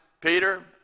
Peter